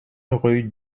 rue